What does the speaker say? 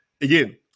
again